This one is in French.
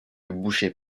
boucher